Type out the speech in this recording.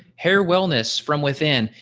hair wellness from within.